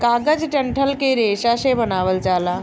कागज डंठल के रेशा से बनावल जाला